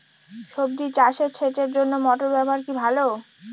সবজি চাষে সেচের জন্য মোটর ব্যবহার কি ভালো?